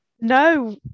no